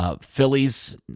Phillies